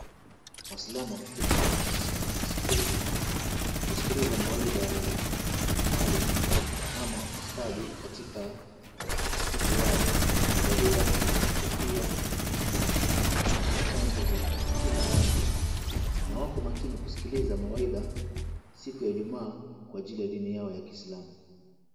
Waislamu wameketi katika msikiti siku ya Ijumaa kusikiliza mawaidha ya Maalim ama Ustadhi katika msikiti wao. Wamevalia kofia za kiislamu na kanzu za kila rangi na wako makini kusikiliza mawaidha siku ya Ijumaa kwa ajili ya dini yao ya Kiislamu